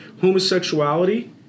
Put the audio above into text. homosexuality